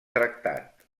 tractat